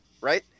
Right